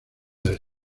del